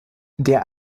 der